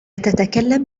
تتكلم